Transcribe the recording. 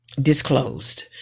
disclosed